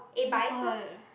oh-my-god